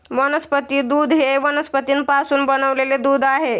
वनस्पती दूध हे वनस्पतींपासून बनविलेले दूध आहे